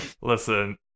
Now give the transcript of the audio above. listen